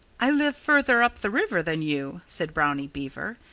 i live further up the river than you, said brownie beaver.